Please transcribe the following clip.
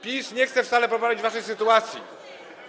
PiS nie chce wcale poprawić waszej sytuacji.